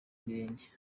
birenge